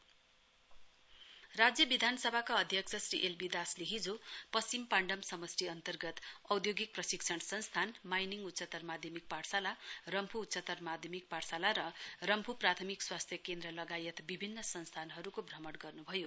speaker राज्य विधानसभाका अध्यक्ष श्री एलबी दासले हिजो पश्चिम पाण्डम समष्टि अन्तर्गत औद्योगिक प्रशिक्षण संस्थान माइनिङ उच्चत्तर माध्यमिक पाठशाला रम्फू उच्चत्तर माध्यमिक पाठशाला र रम्फू प्राथमिक स्वास्थ्य केन्द्र लगायत विभिन्न संस्थानहरहुको भ्रमण गर्नुभयो